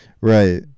right